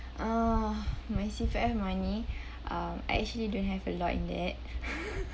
uh my C_P_F money um actually don't have a lot in that